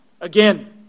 again